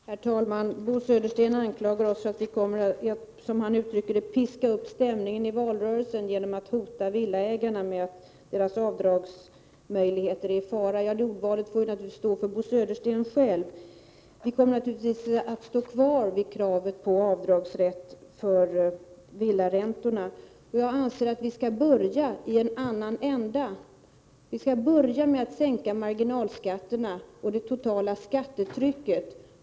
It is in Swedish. Herr talman! Bo Södersten anklagar oss för att vi kommer att, som han uttrycker det, piska upp stämningen i valrörelsen genom att hota villaägarna med att deras avdragsmöjligheter är i fara. Det ordvalet får naturligtvis stå för Bo Södersten själv. Vi kommer naturligtvis att stå kvar vid kravet på avdragsrätt för villaräntorna, och jag anser att vi skall börja i en annan ände. Vi skall börja med att sänka marginalskatterna och det totala skattetrycket.